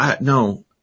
No